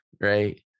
right